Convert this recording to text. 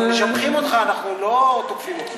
אנחנו משבחים אותך, אנחנו לא תוקפים אותך.